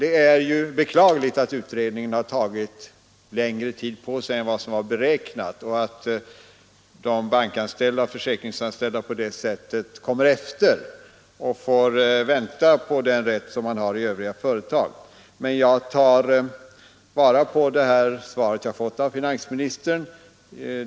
Det är beklagligt att utredningen tagit längre tid än beräknat och att de bankoch försäkringsanställda på det sättet får vänta på den rätt som anställda har i övriga företag. Jag tar fasta på det svar jag fått av finansministern.